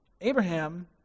abraham